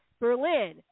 Berlin